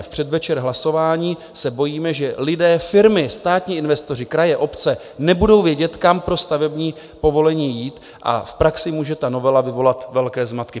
V předvečer hlasování se bojíme, že lidé, firmy, státní investoři, kraje, obce nebudou vědět, kam pro stavební povolení jít, a v praxi může ta novela vyvolat velké zmatky.